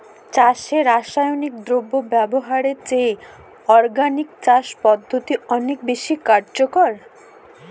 চাষে রাসায়নিক দ্রব্য ব্যবহারের চেয়ে অর্গানিক চাষ পদ্ধতি অনেক বেশি কার্যকর